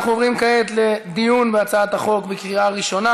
אנחנו עוברים כעת לדיון בהצעת החוק בקריאה ראשונה.